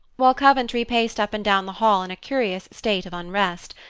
while coventry paced up and down the hall in a curious state of unrest,